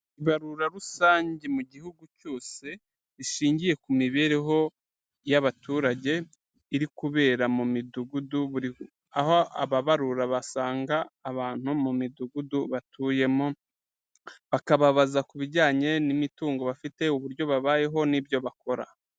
Ibarura rusange mu gihugu cyose rishingiye ku mibereho y'abaturage iri kubera mu midugudu, aho ababarura basanga abantu mu midugudu batuyemo bakababaza ku bijyanye n'imitungo bafite uburyo babayeho n'ibyo bakora.